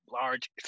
large